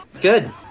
Good